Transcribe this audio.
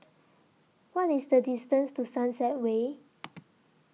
What IS The distance to Sunset Way